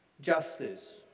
justice